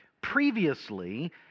previously